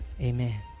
amen